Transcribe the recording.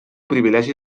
privilegi